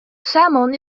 salmon